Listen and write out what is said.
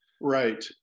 Right